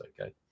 okay